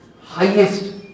Highest